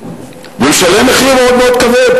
ומשלם מחיר מאוד כבד?